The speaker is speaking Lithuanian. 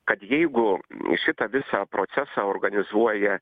kad jeigu šitą visą procesą organizuoja